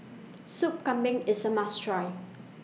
Soup Kambing IS A must Try